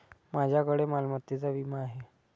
माझ्याकडे मालमत्तेचा विमा आहे